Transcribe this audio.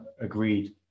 agreed